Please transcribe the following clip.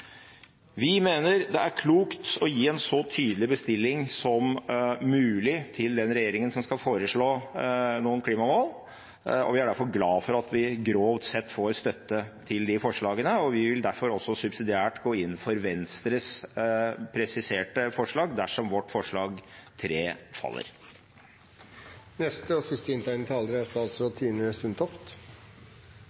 Vi mener det er klokt å gi en så tydelig bestilling som mulig til den regjeringen som skal foreslå noen klimamål. Vi er derfor glad for at vi grovt sett får støtte til de forslagene. Vi vil derfor subsidiært gå inn for Venstres presiserte forslag, dersom forslag nr. 1 – som vi har sammen med Kristelig Folkeparti, Senterpartiet og Sosialistisk Venstreparti – faller.